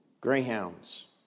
Greyhounds